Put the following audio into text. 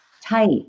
tight